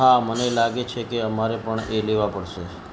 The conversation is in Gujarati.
હા મને લાગે છે કે અમારે પણ એ લેવાં પડશે